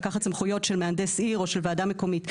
של לקחת סמכויות שלמהנדס עיר או של ועדה מקומית.